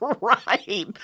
right